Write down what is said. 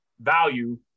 value